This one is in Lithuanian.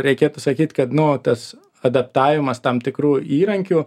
reikėtų sakyt kad nu tas adaptavimas tam tikrų įrankių